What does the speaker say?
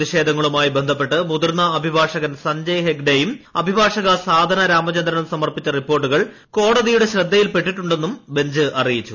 പ്രതിഷേധങ്ങളുമായി ബന്ധപ്പെട്ട് മുതിർന്ന അഭിഭാഷകൻ സഞ്ജയ് ഹെഗ്ഡെയും അഭിഭാഷക സാധന രാമചന്ദ്രനും സമർപ്പിച്ച റിപ്പോർട്ടുകൾ കോടതിയുടെ ശ്രദ്ധയിൽപ്പെട്ടിട്ടുണ്ടെന്നും ബെഞ്ച് അറിയിച്ചു